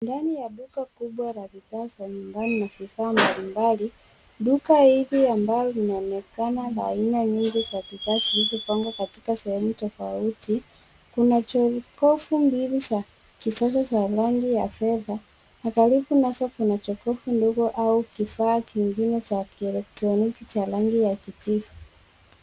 Unachoeleza kinaonyesha duka kubwa la mbao lililopangwa kwa ustadi, likiwa na rafu nyingi zenye vitabu mbalimbali vya kusoma. Pia kuna makochi marefu yenye rangi ya fedha yaliyowekwa kwa ajili ya kupumzika, na karibu nayo kuna meza ndogo au kifaa cha mbao chenye rangi ya kijivu.